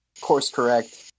course-correct